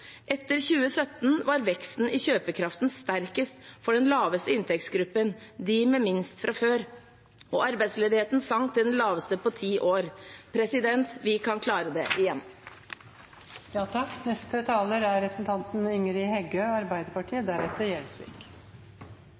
Etter 2017 var veksten i kjøpekraften sterkest for den laveste inntektsgruppen, de med minst fra før, og arbeidsledigheten sank til den laveste på ti år. Vi kan klare det igjen. Eit kjenneteikn på Noreg har vore små forskjellar og høg tillit. Tilliten er